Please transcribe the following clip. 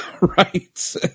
Right